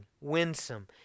winsome